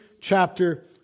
chapter